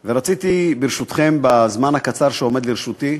ורציתי, ברשותכם, בזמן הקצר שעומד לרשותי,